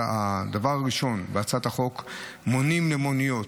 הדבר הראשון בהצעת החוק, מונים למוניות.